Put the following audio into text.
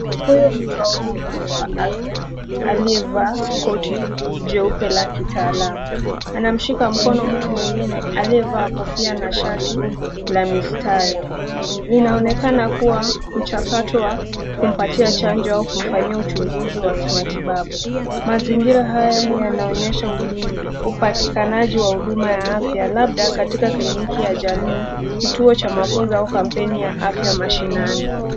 Huyu ni mtu wa huduma wa afya aliyevaa koti jeupe la kitaalamu anamshika mkono mtu mwingine aliyevaa kofia na shati la mistari linaonekana kua mchakato wa kumpatia chanjo au kumfanyia uchunguzi wa kimatibabu. Mazingira haya yanaonyesha upatikanaji wa huduma ya afya labda katika kliniki ya jamii, kituo cha mafunzo au kampeni ya afya mashinani.